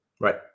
right